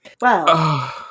Wow